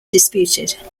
disputed